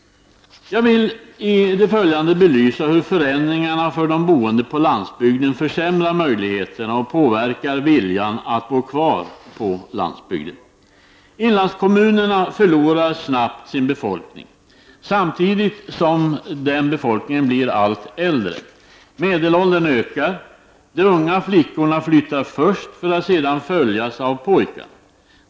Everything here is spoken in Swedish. Jag vill i det följande belysa hur förändringarna för de boende på landsbygden försämrar möjligheterna och påverkar viljan att bo kvar på landsbygden. Inlandskommunerna förlorar snabbt sin befolkning, samtidigt som befolkningen blir allt äldre. Medelåldern ökar. De unga flickorna flyttar först för att sedan följas av pojkarna.